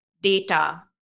data